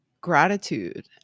gratitude